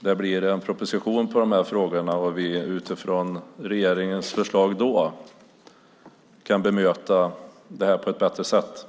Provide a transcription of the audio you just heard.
det kommer en proposition i de här frågorna och vi utifrån regeringens förslag kan bemöta det här på ett bättre sätt.